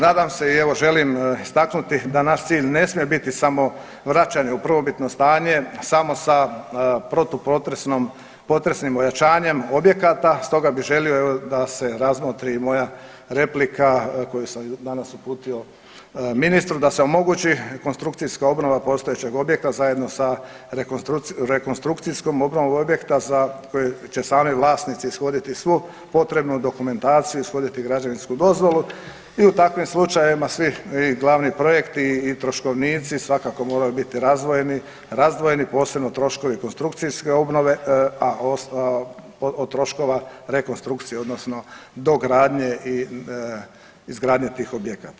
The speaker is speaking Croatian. Nadam se i evo želim istaknuti da naš cilj ne smije biti samo vraćanje u prvobitno stanje samo sa protu potresnim pojačanjem objekata, stoga bih želio da se razmotri i moja replika koju sam danas uputio ministru da se omogući konstrukcijska obnova postojećeg objekta zajedno sa rekonstrukcijskom obnovom objekta za koji će sami vlasnici ishoditi svu potrebnu dokumentaciju, ishoditi građevinsku dozvolu i u takvim slučajevima svi i glavni projekti i troškovnici svakako moraju biti razdvojeni posebno troškovi konstrukcijske obnove, a od troškova rekonstrukcije, odnosno dogradnje i izgradnje tih objekata.